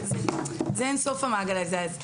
זה אין-סוף המעגל הזה,